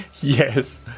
Yes